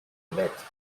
mètres